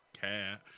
care